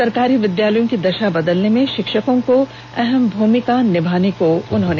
सरकारी विद्यालयों की दशा बदलने में शिक्षकों को अहम भूमिका निभानी चाहिए